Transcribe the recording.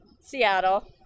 Seattle